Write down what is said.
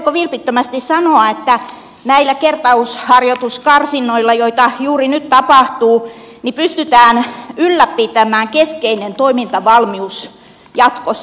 voitteko vilpittömästi sanoa että näillä kertausharjoituskarsinnoilla joita juuri nyt tapahtuu pystytään ylläpitämään keskeinen toimintavalmius jatkossa